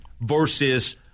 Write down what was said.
versus